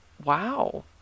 wow